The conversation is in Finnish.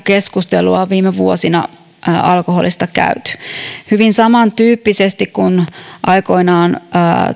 keskustelua on viime vuosina alkoholista käyty hyvin samantyyppisesti kuin aikoinaan